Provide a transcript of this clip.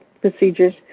procedures